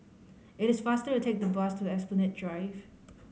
it is faster to take the bus to Esplanade Drive